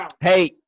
Hey